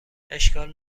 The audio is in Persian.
اشکال